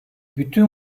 bütün